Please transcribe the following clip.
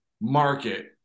market